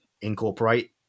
incorporate